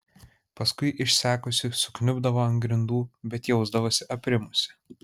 paskui išsekusi sukniubdavo ant grindų bet jausdavosi aprimusi